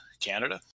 Canada